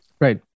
Right